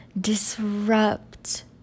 disrupt